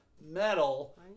metal